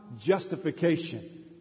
justification